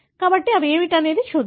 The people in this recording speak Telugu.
కాబట్టి అవి ఏమిటో చూద్దాం